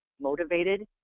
motivated